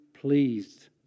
pleased